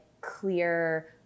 clear